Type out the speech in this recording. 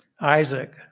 Isaac